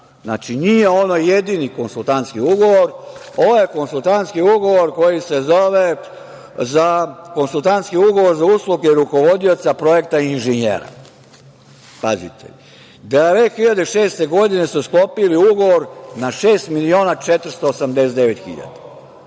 Znači, nije ono jedini konsultantski ugovor. Ovo je konsultantski ugovor koji se zove konsultantski ugovor za usluge rukovodioca projekta inženjera. Pazite, 2006. godine su sklopili ugovor na šest miliona 489 hiljada.